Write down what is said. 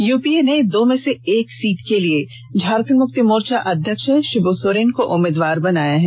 UPA ने दो में से एक सीट के लिए झारखंड मुक्ति मोर्चा अध्यक्ष शिब् सोरेन को उम्मीदवार बनाया है